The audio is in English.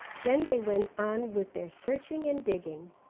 then they went on with their searching and digging.